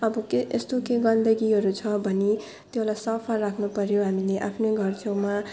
अब कि यस्तो केही गन्दगीहरू छ भने त्योलाई सफा राख्नुपऱ्यो हामीले आफ्नो घर छेउमा